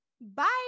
Bye